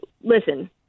listen